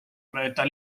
mööda